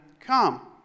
come